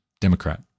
Democrat